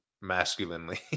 masculinely